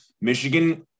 Michigan